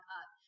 up